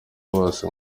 bose